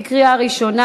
קריאה ראשונה.